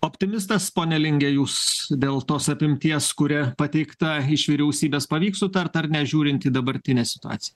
optimistas pone linge jūs dėl tos apimties kuri pateikta iš vyriausybės pavyks sutart ar ne žiūrint į dabartinę situaciją